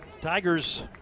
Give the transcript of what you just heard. Tigers